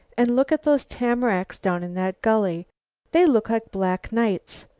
and look at those tamaracks down in that gully they look like black knights.